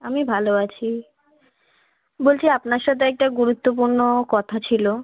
আমি ভালো আছি বলছি আপনার সাথে একটা গুরুত্বপূর্ণ কথা ছিলো